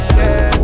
Stairs